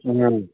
ꯑꯪ